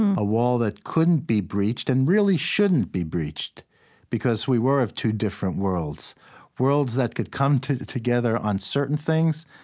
a wall that couldn't be breached and, really, shouldn't be breached because we were of two different worlds worlds that could come together on certain things,